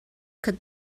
could